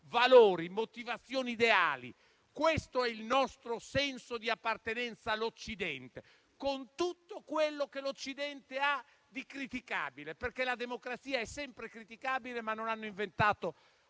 Valori, motivazioni, ideali: questo è il nostro senso di appartenenza all'Occidente, con tutto quello che l'Occidente ha di criticabile. La democrazia è sempre criticabile, ma non hanno inventato